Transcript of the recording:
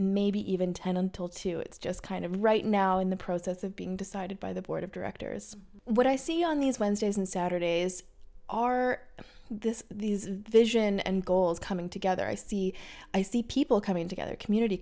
maybe even ten until two it's just kind of right now in the process of being decided by the board of directors what i see on these wednesdays and saturdays are this these vision and goals coming together i see i see people coming together community